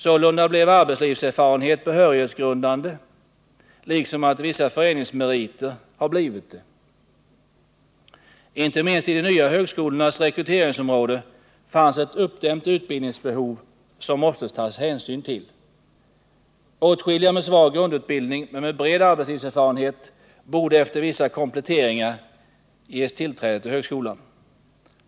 Sålunda blev arbetslivserfarenhet behörighetsgrundande, liksom vissa föreningsmeriter har blivit det. Inte minst i de nya högskolornas rekryteringsområden fanns ett uppdämt utbildningsbehov som det måste tas hänsyn till. Åtskilliga med svag grundutbildning men med bred arbetslivserfarenhet borde efter vissa kompletteringar ges tillträde till högskolan.